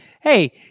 hey